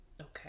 Okay